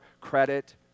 credit